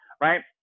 right